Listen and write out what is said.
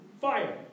fire